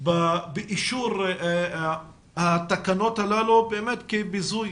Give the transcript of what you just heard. באישור התקנות הללו כביזוי